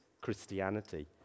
Christianity